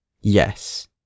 Yes